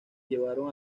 llevaron